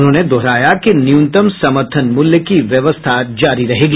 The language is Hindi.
उन्होंने दोहराया कि न्यूनतम समर्थन मूल्य की व्यवस्था जारी रहेगी